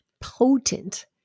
potent